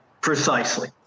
Precisely